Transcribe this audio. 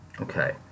Okay